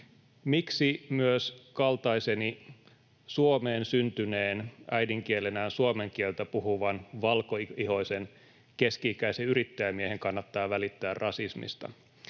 Miksi myös kaltaiseni Suomeen syntyneen, äidinkielenään suomen kieltä puhuvan, valkoihoisen keski-ikäisen yrittäjämiehen kannattaa välittää rasismista?